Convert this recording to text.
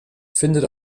findet